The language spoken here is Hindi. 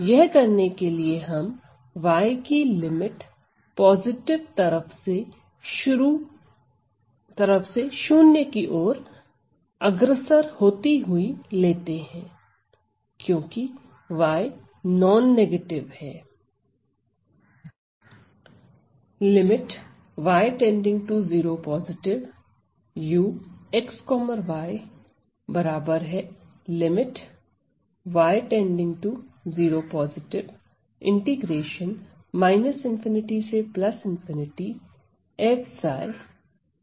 यह करने के लिए हम y की लिमिट पॉजिटिव तरफ से शून्य की ओर अग्रसर होती हुई लेते हैं क्योंकि y नॉन नेगेटिव है